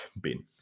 bin